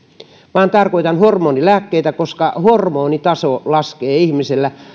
vaan tarkoitan hormonilääkkeitä hormonitaso laskee ihmisellä